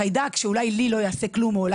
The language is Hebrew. חיידק שאולי לי לא יעשה כלום, את